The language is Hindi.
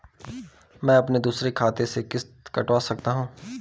मैं अपने दूसरे खाते से किश्त कटवा सकता हूँ?